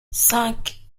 cinq